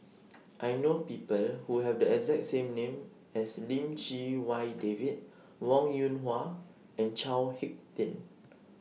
I know People Who Have The exact same name as Lim Chee Wai David Wong Yoon Wah and Chao Hick Tin